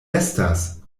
estas